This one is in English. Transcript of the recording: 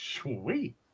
Sweet